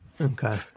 Okay